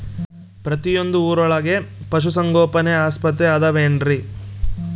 ಪ್ರತಿಯೊಂದು ಊರೊಳಗೆ ಪಶುಸಂಗೋಪನೆ ಆಸ್ಪತ್ರೆ ಅದವೇನ್ರಿ?